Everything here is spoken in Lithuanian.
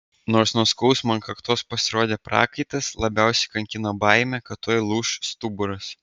nors nuo skausmo ant kaktos pasirodė prakaitas labiausiai kankino baimė kad tuoj lūš stuburas